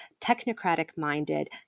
technocratic-minded